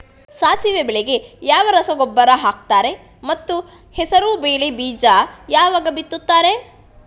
ಸಾಸಿವೆ ಬೆಳೆಗೆ ಯಾವ ರಸಗೊಬ್ಬರ ಹಾಕ್ತಾರೆ ಮತ್ತು ಹೆಸರುಬೇಳೆ ಬೀಜ ಯಾವಾಗ ಬಿತ್ತುತ್ತಾರೆ?